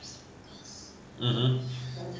(uh huh)